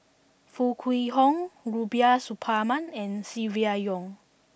Foo Kwee Horng Rubiah Suparman and Silvia Yong